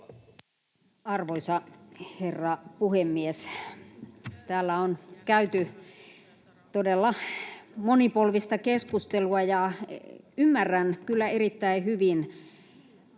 Arvoisa herra puhemies! Täällä on käyty todella monipolvista keskustelua. Ymmärrän kyllä erittäin hyvin